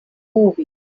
movie